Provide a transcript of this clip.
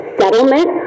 settlement